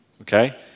Okay